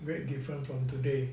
very different from today